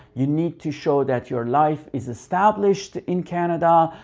you need to show that your life is established in canada.